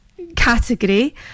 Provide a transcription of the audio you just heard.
category